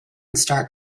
start